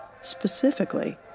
specifically